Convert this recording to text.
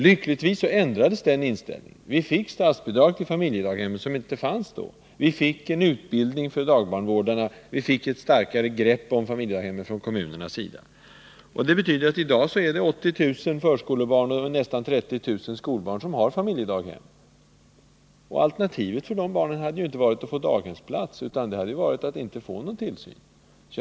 Lyckligtvis ändrades denna inställning. Vi fick statsbidrag till familjedaghemmen, något som inte fanns då. Vi fick en utbildning för dagbarnvårdarna, vi fick ett starkare grepp om familjedaghemmen från kommunernas sida. Det ledde till att det i dag finns 80 000 förskolebarn och nästan 30 000 skolbarn i kommunala familjedaghem. Alternativet för dessa barn hade inte varit att få daghemsplats, utan det hade varit att inte få någon kommunal tillsyn alls.